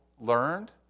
learned